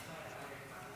כבוד היושב-ראש, אני